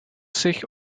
zich